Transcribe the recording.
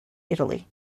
italy